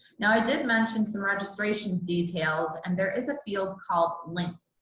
now, i did mention some registration details and there is a field called link.